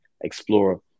explore